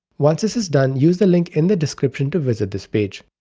once this is done, use the link in the description to visit this page.